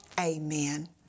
amen